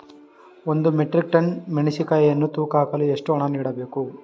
ಒಂದು metric tonne ಮೆಣಸಿನಕಾಯಿಯನ್ನು ತೂಕ ಹಾಕಲು ಎಷ್ಟು ಹಣ ನೀಡಬೇಕು?